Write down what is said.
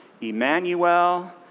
Emmanuel